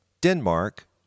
Denmark